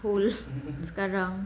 poll sekarang